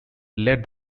laid